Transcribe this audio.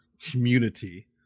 community